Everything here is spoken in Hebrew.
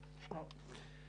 זה כסף שנותנים ל-2,200 נכים.